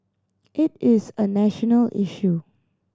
it is a national issue